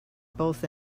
both